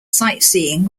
sightseeing